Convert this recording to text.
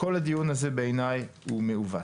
כל הדיון הזה בעיניי מעוות.